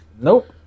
Nope